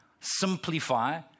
simplify